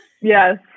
Yes